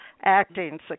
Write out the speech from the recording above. acting